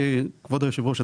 כבוד היושב ראש,